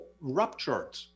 ruptured